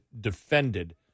defended